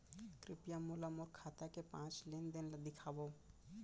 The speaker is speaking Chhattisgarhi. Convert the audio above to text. कृपया मोला मोर खाता के पाँच लेन देन ला देखवाव